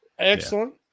Excellent